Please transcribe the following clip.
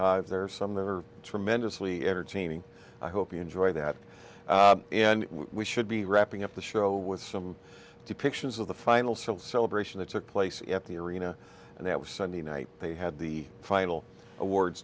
as there are some that are tremendously entertaining i hope you enjoy that and we should be wrapping up the show with some depictions of the final civil celebration that took place at the arena and that was sunday night they had the final awards